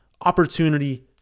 opportunity